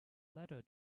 letter